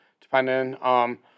depending